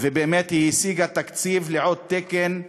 היא השיגה תקציב לעוד תקן,